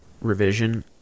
revision